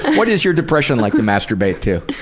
what does your depression like to masturbate to?